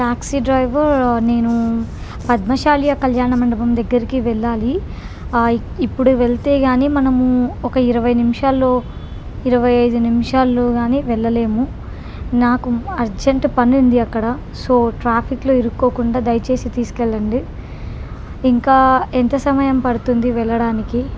taxi driver నేను పద్మశాల్య కళ్యాణ మండపం దగ్గరకి వెళ్ళాలి ఇప్పుడు వెళ్తే కానీ మనము ఒక ఇరవై నిమిషాల్లో ఇరవై ఐదు నిమిషాల్లో కానీ వెళ్ళలేము నాకు అర్జెంట్ పనుంది అక్కడ సో ట్రాఫిక్లో ఇరుక్కోకుండా దయచేసి తీసుకెళ్ళండి ఇంకా ఎంత సమయం పడుతుంది వెళ్ళడానికి